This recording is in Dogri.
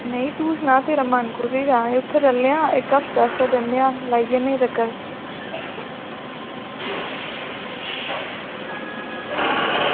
नेईं तू सना तेरा मन कुत्थे जाने ऐ उत्थै चलने आं इक हफ्ते आस्तै जन्ने आंं लाई औने आं चक्कर